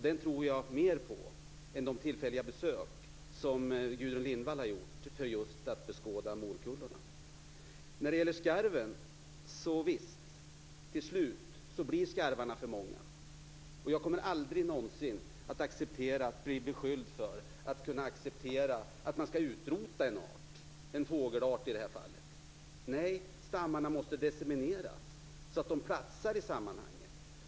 Den tror jag mer på än de tillfälliga besök som Gudrun Lindvall har gjort för att beskåda morkullorna. Det är riktigt att skarvarna till slut blir för många. Jag kommer aldrig någonsin att acceptera att bli beskylld för att kunna acceptera att man skall utrota en art - i detta fall en fågelart. Nej, stammarna måste decimeras så att de platsar i sammanhanget.